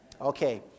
Okay